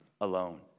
alone